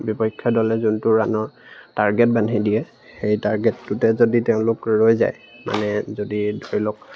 বিপক্ষ দলে যোনটো ৰানৰ টাৰ্গেট বান্ধি দিয়ে সেই টাৰ্গেটটোতে যদি তেওঁলোক ৰৈ যায় মানে যদি ধৰি লওক